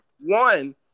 One